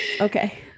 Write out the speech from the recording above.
okay